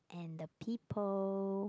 and the people